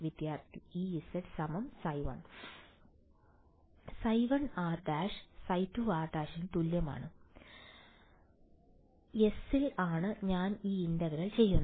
വിദ്യാർത്ഥി Ez ϕ1 S ൽ ϕ1r′ ϕ2r′ ആണ് എസ് ൽ ആണ് ഞാൻ ഈ ഇന്റഗ്രൽ ചെയ്യുന്നത്